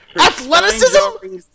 Athleticism